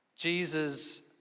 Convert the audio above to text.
Jesus